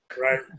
Right